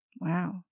Wow